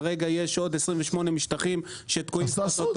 כרגע יש עוד 28 משטחים שתקועים --- אסף,